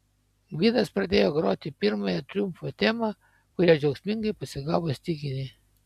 gvidas pradėjo groti pirmąją triumfo temą kurią džiaugsmingai pasigavo styginiai